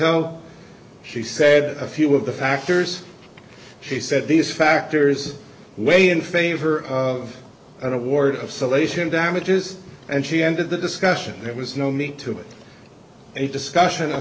tell she said a few of the factors she said these factors weigh in favor of award of solution damages and she ended the discussion there was no meat to a discussion of